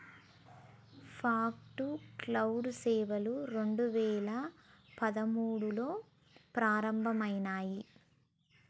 fog to cloud సేవలు రెండు వేల పదమూడులో ప్రారంభమయినాయి